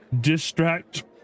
distract